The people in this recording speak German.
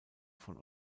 von